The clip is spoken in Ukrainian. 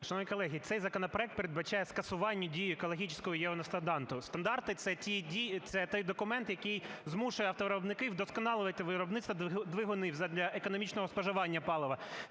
Шановні колеги, цей законопроект передбачає скасування дії екологічного євростандарту. Стандарти – це той документ, який змушує автовиробників вдосконалювати виробництво двигунів задля економічного споживання палива